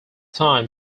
time